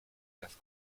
erst